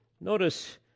notice